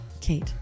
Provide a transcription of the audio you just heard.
Kate